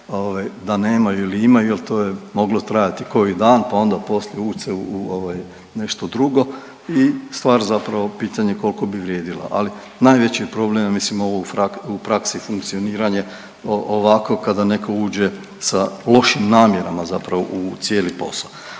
da nemaju ili imaju jel to je moglo trajati koji dan, pa onda poslije uvuć se u ovaj nešto drugo i stvar zapravo pitanje koliko bi vrijedila, ali najveći je problem ja mislim ovo u praksi funkcioniranje ovako kada neko uđe sa lošim namjerama zapravo u cijeli posao,